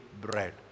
bread